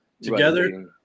together